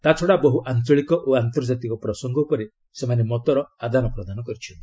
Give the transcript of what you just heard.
ତା'ଛଡ଼ା ବହୁ ଆଞ୍ଚଳିକ ଓ ଆନ୍ତର୍ଜାତିକ ପ୍ରସଙ୍ଗ ଉପରେ ସେମାନେ ମତର ଆଦାନ ପ୍ରଦାନ କରିଛନ୍ତି